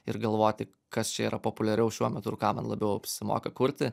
ir galvoti kas čia yra populiariau šiuo metu ir ką man labiau apsimoka kurti